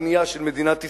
הבנייה של מדינת ישראל,